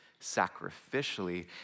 sacrificially